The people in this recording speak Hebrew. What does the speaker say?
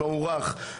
מוערך,